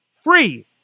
free